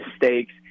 mistakes